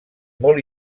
molt